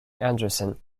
andersen